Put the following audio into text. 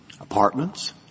apartments